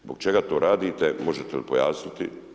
Zbog čega to radite, možete li pojasniti?